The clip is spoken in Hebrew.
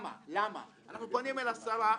אנחנו פונים אל השרה.